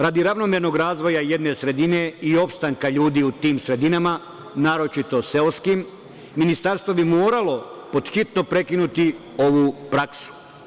Radi ravnomernog razvoja jedne sredine i opstanka ljudi u tim sredinama, naročito seoskim, ministarstvo bi moralo pod hitno prekinuti ovu praksu.